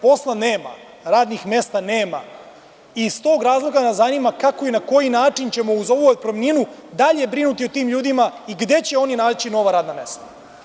Posla nema, radnih mesta nema i iz tog razloga nas zanima kako i na koji način ćemo uz ovu otpremninu i dalje brinuti o tim ljudima i gde će oni naći nova radna mesta.